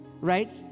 right